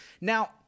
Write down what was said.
Now